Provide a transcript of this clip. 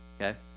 okay